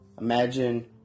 Imagine